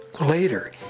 Later